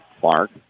Clark